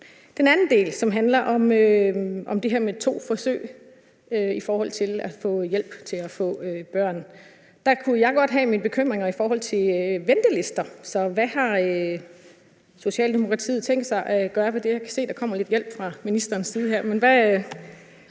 som handler om det her med to forsøg i forhold til at få hjælp til at få børn, kunne jeg godt have mine bekymringer i forhold til ventelister. Så hvad har Socialdemokratiet tænkt sig at gøre ved det? Jeg kan se, at der kommer lidt hjælp fra ministerens side her,